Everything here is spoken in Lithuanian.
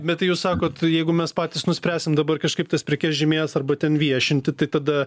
bet tai jūs sakot jeigu mes patys nuspręsim dabar kažkaip tas prekes žymėt arba ten viešinti tai tada